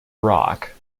rock